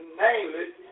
namely